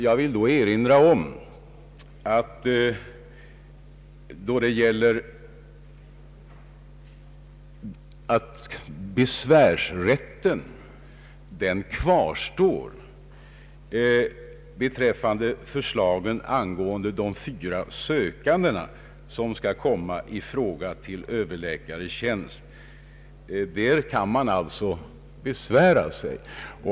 Jag vill då framhålla att besvärsrätten kvarstår när det gäller vilka fyra sökande som skall kunna komma i fråga till överläkartjänst. Där kan man alltså besvära sig.